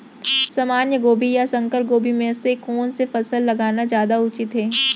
सामान्य गोभी या संकर गोभी म से कोन स फसल लगाना जादा उचित हे?